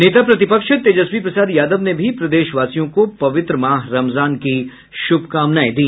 नेता प्रतिपक्ष तेजस्वी प्रसाद यादव ने भी प्रदेशवासियों को पवित्र माह रमजान की शुभकामनाएं दी